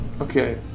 Okay